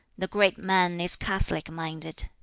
the great man is catholic-minded,